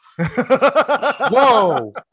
whoa